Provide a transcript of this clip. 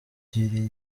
kingana